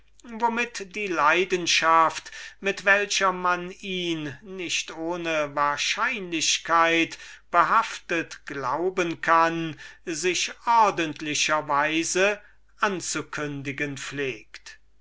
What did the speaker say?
womit die leidenschaft mit der man ihn nicht ohne wahrscheinlichkeit behaftet glauben konnte sich ordentlicher weise anzukündigen pflegt